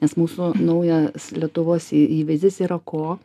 nes mūsų naujas lietuvos į įvaizdis yra ko